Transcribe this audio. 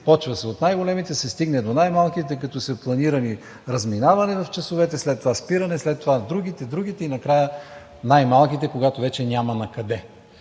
Започва се от най-големите и се стига до най-малките, като са планирани разминаване в часовете, след това спиране, след това другите, другите и накрая най-малките, когато вече няма накъде.